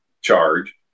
charge